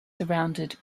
surrounded